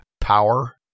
power